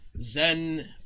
Zen